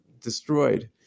destroyed